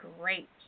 great